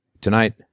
Tonight